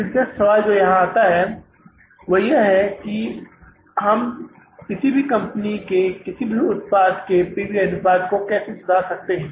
अब एक दिलचस्प सवाल जो यहाँ आता है वह यह है कि हम किसी भी कंपनी के किसी भी उत्पाद के P V अनुपात को कैसे सुधार सकते हैं